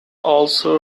also